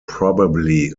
probably